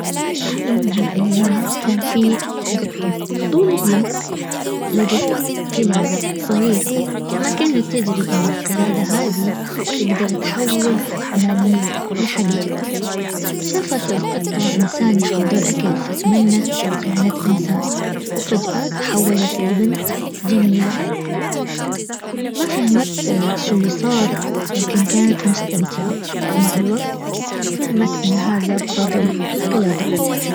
في يوم من الايام كان في قطة فضولية لقت قلادة صغيرة ما كانت تدري ان القلادة هذي تقدر تحول الاماني لحقيقة شافت القطة انسان يحضر اكل فتمنت لو كانت انسان وفجأة تحولت لبنت جميلة. ما فهمت شو اللي صار لكن كانت مستمتعة. ومع الوقت فهمت ان هذا بفضل القلادة